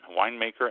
winemaker